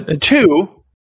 Two